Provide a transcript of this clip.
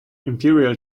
imperial